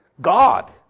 God